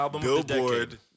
Billboard